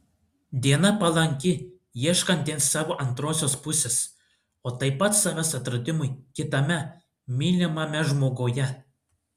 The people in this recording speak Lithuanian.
diena palanki ieškantiems savo antrosios pusės o taip pat savęs atradimui kitame mylimame žmoguje